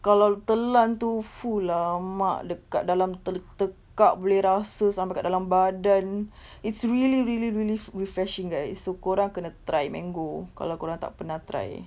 kalau telan itu !fulamak! dekat dalam tela~ tekak boleh rasa sampai dekat dalam badan it's really really really fre~ refreshing guys so kau orang kena try mango kalau kau orang tak pernah try